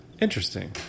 Interesting